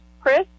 Chris